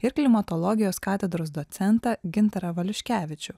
ir klimatologijos katedros docentą gintarą valiuškevičių